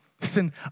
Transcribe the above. listen